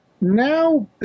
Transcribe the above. now